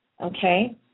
Okay